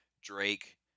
Drake